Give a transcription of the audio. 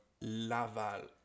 l'aval